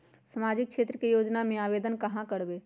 सामाजिक क्षेत्र के योजना में आवेदन कहाँ करवे?